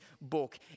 book